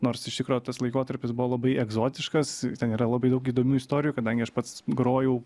nors iš tikro tas laikotarpis buvo labai egzotiškas ten yra labai daug įdomių istorijų kadangi aš pats grojau